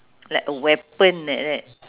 like a weapon like that